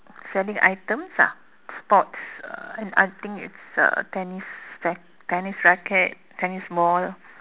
selling items lah sports um I think it's a tennis rack~ tennis racket tennis ball